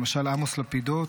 למשל עמוס לפידות.